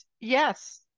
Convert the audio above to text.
Yes